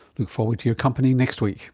look forward to your company next week